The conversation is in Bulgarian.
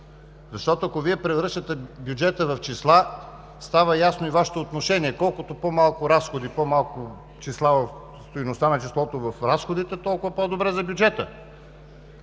Защото, ако Вие превръщате бюджета в числа, става ясно и Вашето отношение – колкото по-малко разходи, по-малко числа в стойността на разходите, толкова по-добре за бюджета.